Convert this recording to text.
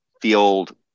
field